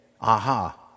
Aha